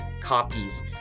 copies